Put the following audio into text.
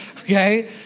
Okay